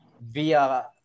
via